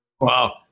Wow